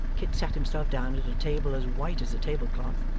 kit sat himself down at a table as white as a tablecloth,